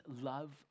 love